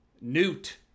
newt